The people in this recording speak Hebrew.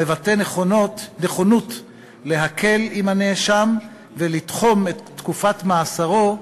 המבטא נכונות להקל על הנאשם ולתחום את תקופת מאסרו,